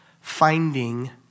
finding